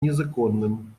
незаконным